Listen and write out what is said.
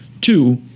Two